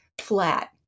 flat